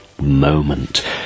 moment